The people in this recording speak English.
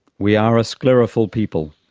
we are a sclerophyll people,